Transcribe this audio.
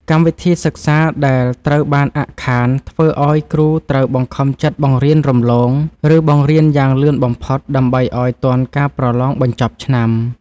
កម្មវិធីសិក្សាដែលត្រូវបានអាក់ខាន ធ្វើឱ្យគ្រូត្រូវបង្ខំចិត្តបង្រៀនរំលង ឬ បង្រៀនយ៉ាងលឿនបំផុត ដើម្បីឱ្យទាន់ការប្រឡងបញ្ចប់ឆ្នាំ។